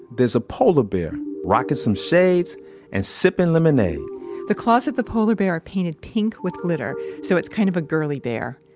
there's a polar bear rocking some shades and sipping lemonade the claws of the polar bear are painted pink with glitter, so it's kind of a girly bear.